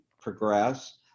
progress